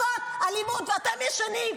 מכות, אלימות, ואתם ישנים.